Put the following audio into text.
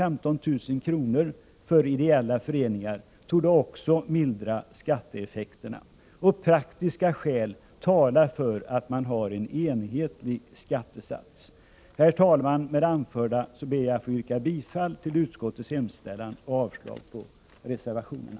15 000 kr. för ideella föreningar torde också mildra skatteeffekterna. Praktiska skäl talar för att man har en enhetlig skattesats. Herr talman! Med det anförda ber jag att få yrka bifall till utskottets hemställan och avslag på reservationerna.